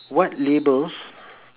what labels